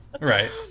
right